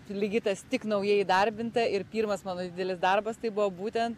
ligitas tik naujai įdarbinta ir pirmas mano didelis darbas tai buvo būtent